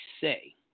say